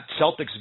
Celtics